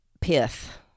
pith